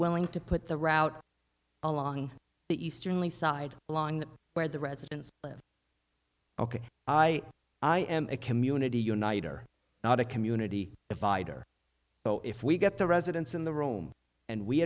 willing to put the route along the eastern lee side along where the residents live ok i i am a community unite or not a community divider so if we get the residents in the room and we